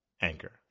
Anchor